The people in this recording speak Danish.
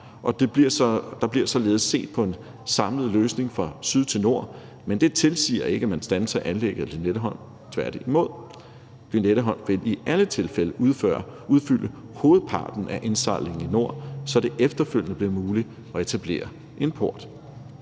der bliver således set på en samlet løsning fra syd til nord. Men det tilsiger ikke, at man standser anlægget af Lynetteholm, tværtimod. Lynetteholm vil i alle tilfælde udfylde hovedparten af indsejlingen i nord, så det efterfølgende bliver muligt at etablere en port.